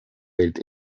welt